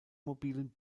mobilen